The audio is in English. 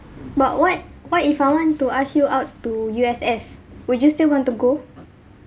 but what what if I want to ask you out to U_S_S would you still want to go